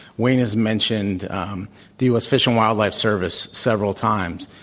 wayne has mentioned um the u. s. fish and wildlife service several times.